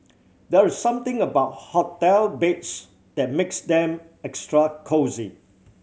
there is something about hotel beds that makes them extra cosy